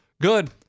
Good